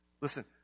listen